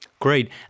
Great